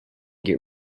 get